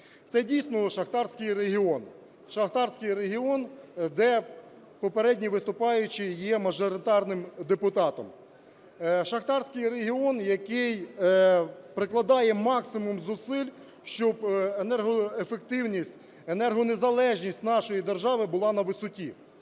регіон. Шахтарський регіон, де попередній виступаючий є мажоритарним депутатом. Шахтарський регіон, який прикладає максимум зусиль, щоб енергоефективність, енергонезалежність нашої держави була на висоті,